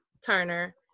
Turner